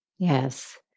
Yes